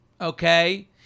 Okay